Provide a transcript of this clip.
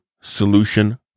solution